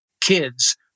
kids